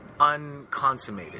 unconsummated